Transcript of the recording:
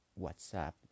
whatsapp